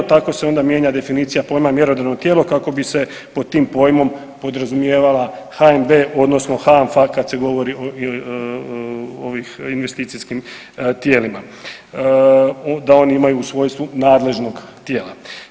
Tako se onda mijenja definicija pojma mjerodavno tijelo kako bi se pod tim pojmom podrazumijevala HNB, odnosno HANFA kad se govori o ovim investicijskim tijelima da oni imaju u svojstvu nadležnog tijela.